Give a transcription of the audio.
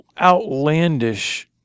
outlandish